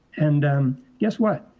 and guess what,